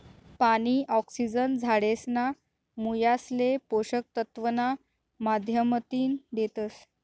पानी, ऑक्सिजन झाडेसना मुयासले पोषक तत्व ना माध्यमतीन देतस